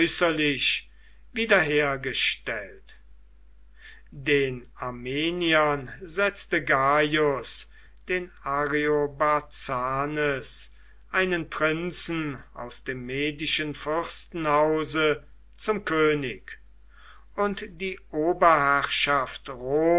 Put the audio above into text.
äußerlich wiederhergestellt den armeniern setzte gaius den ariobarzanes einen prinzen aus dem medischen fürstenhause zum könig und die oberherrschaft